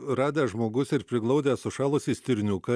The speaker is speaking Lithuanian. radęs žmogus ir priglaudęs sušalusį stirniuką